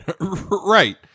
Right